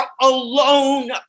alone